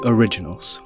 Originals।